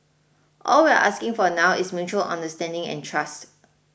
all we're asking for now is mutual understanding and trust